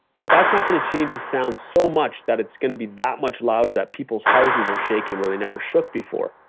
but that's not going to change the sound so much that it's going to be that much louder that people's houses are shaking where they never shook before.